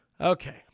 Okay